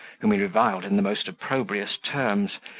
whom he reviled in the most opprobrious terms,